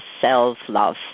self-love